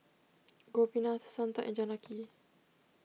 Gopinath Santha and Janaki